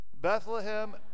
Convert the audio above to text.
Bethlehem